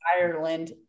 ireland